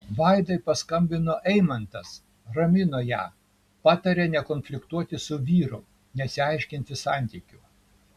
vaidai paskambino eimantas ramino ją patarė nekonfliktuoti su vyru nesiaiškinti santykių